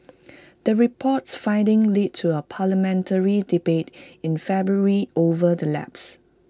the report's findings led to A parliamentary debate in February over the lapses